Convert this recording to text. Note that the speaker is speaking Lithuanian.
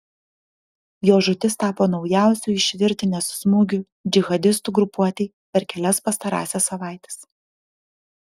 jo žūtis tapo naujausiu iš virtinės smūgių džihadistų grupuotei per kelias pastarąsias savaites